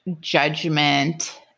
judgment